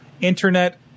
internet